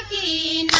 ea